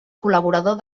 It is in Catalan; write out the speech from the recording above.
col·laborador